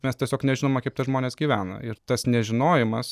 mes tiesiog nežinome kaip tie žmonės gyvena ir tas nežinojimas